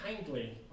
kindly